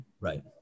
Right